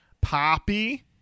Poppy